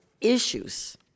issues